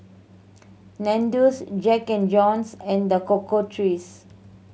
Nandos Jack and Jones and The Cocoa Trees